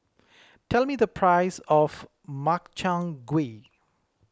tell me the price of Makchang Gui